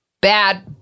Bad